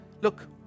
Look